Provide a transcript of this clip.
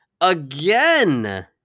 again